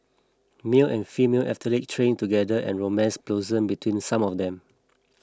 male and female athlete trained together and romance blossomed between some of them